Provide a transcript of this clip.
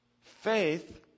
Faith